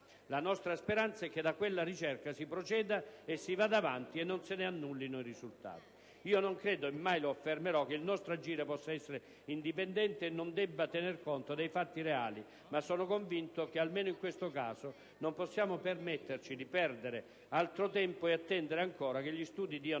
La nostra speranza è che da quella ricerca si proceda e si vada avanti e non se ne annullino i risultati. Io non credo, e mai lo affermerò, che il nostro agire possa essere indipendente e non debba tener conto dei fatti reali, ma sono convinto che, almeno in questo caso, non possiamo permetterci di perdere altro tempo e attendere ancora che gli studi diano